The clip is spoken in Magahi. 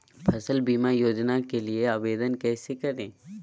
फसल बीमा योजना के लिए आवेदन कैसे करें?